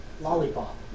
Lollipop